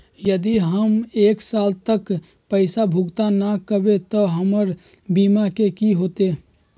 यदि हम एक साल तक पैसा भुगतान न कवै त हमर बीमा के की होतै?